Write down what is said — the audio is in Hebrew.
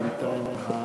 אין תשובה.